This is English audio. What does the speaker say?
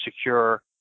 secure